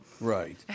Right